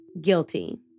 guilty